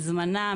מזמנם,